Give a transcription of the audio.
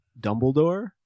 Dumbledore